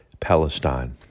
Palestine